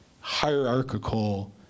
hierarchical